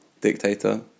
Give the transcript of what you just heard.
dictator